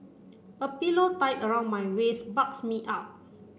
a pillow tied around my waist bulks me up